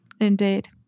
indeed